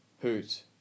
Hoot